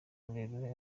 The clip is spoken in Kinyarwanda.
rurerure